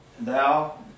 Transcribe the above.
Thou